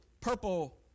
purple